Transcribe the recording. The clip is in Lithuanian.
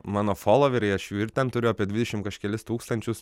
mano foloveriai aš jų ir ten turiu apie dvidešimt kažkelis tūkstančius